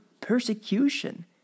persecution